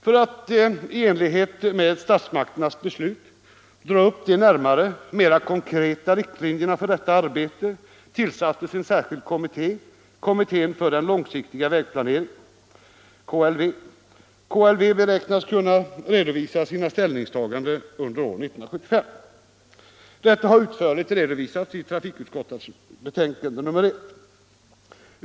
För att i enlighet med statsmakternas beslut dra upp de närmare mera konkreta riktlinjerna för detta arbete tillsattes en särskild kommitté, kommittén för den långsiktiga vägplaneringen, KLV. KLV beräknas kunna redovisa sina ställningstaganden under år 1975. Detta har utförligt redovisats i trafikutskottets betänkande.